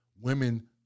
Women